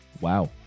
Wow